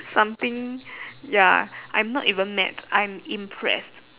something ya I'm not even mad I'm impressed